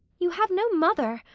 you have no mother,